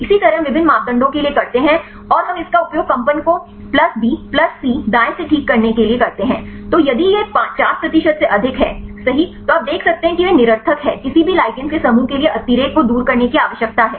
इसी तरह हम विभिन्न मापदंडों के लिए करते हैं और हम इसका उपयोग कंपन को प्लस बी प्लस सी दाएं से ठीक करने के लिए करते हैं तो यदि यह 50 प्रतिशत से अधिक है सही तो आप देख सकते हैं कि वे निरर्थक हैं किसी भी ligands के समूह के लिए अतिरेक को दूर करने की आवश्यकता है